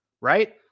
Right